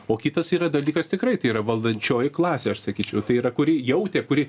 o kitas yra dalykas tikrai tai yra valdančioji klasė aš sakyčiau tai yra kuri jautė kuri